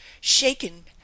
shaken